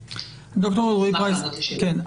אשמח לענות לשאלות.